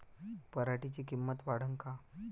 पराटीची किंमत वाढन का?